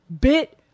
bit